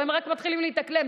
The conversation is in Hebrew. הם רק מתחילים להתאקלם.